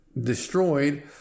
destroyed